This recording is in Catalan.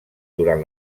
durant